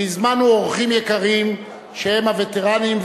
והזמנו אורחים יקרים שהם הווטרנים,